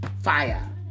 Fire